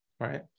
Right